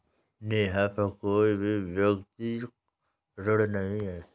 नेहा पर कोई भी व्यक्तिक ऋण नहीं है